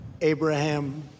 Abraham